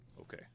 Okay